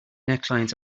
necklines